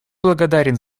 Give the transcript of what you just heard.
благодарен